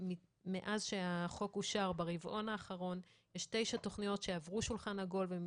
מאז שהחוק אושר ברבעון האחרון יש תשע תכניות שעברו שולחן עגול והן